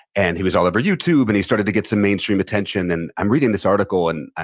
and he was all over youtube, and he started to get some mainstream attention. and i'm reading this article, and,